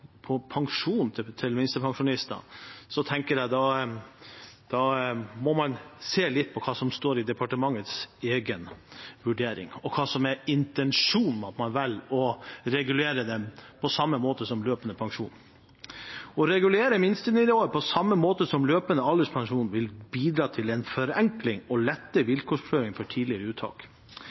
til minstepensjonistene, tenker jeg at man må se litt på hva som står i departementets egen vurdering, og hva som er intensjonen med at man velger å regulere det på samme måte som løpende pensjon. Å regulere minstenivået på samme måte som løpende alderspensjon vil bidra til en forenkling og lette vilkårsføring for tidligere uttak.